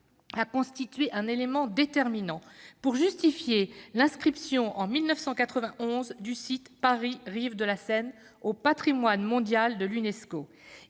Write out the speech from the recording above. a constitué un élément déterminant pour justifier l'inscription, en 1991, du site « Paris, rives de la Seine » au patrimoine mondial de l'Unesco.